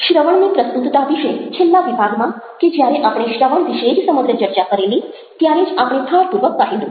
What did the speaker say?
શ્રવણની પ્રસ્તુતતા વિશે છેલ્લા વિભાગમાં કે જ્યારે આપણે શ્રવણ વિશે જ સમગ્ર ચર્ચા કરેલી ત્યારે જ આપણે ભારપૂર્વક કહેલું